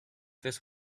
this